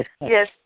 Yes